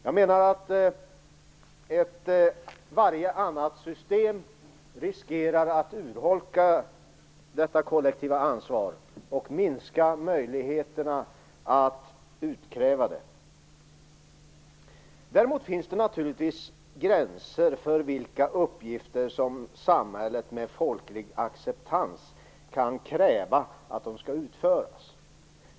Jag menar att varje annat system riskerar att urholka detta kollektiva ansvar och minska möjligheterna att utkräva det. Däremot finns det naturligtvis gränser för vilka uppgifter som samhället med folklig acceptans kan kräva skall utföras.